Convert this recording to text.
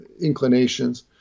Inclinations